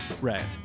Right